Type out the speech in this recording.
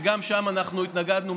וגם שם אנחנו התנגדנו,